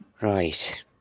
Right